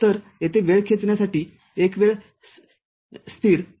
तर येथे वेळ खेचण्यासाठी एक वेळ स्थिर आहे